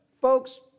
folks